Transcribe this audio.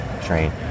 train